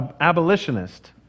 abolitionist